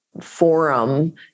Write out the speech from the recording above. forum